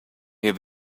have